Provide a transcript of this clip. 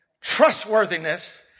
trustworthiness